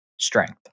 Strength